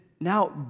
now